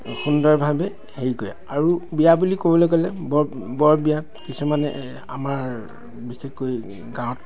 সুন্দৰভাৱে হেৰি কৰে আৰু বিয়া বুলি ক'বলৈ গ'লে বৰ বিয়াত কিছুমানে আমাৰ বিশেষকৈ গাঁৱত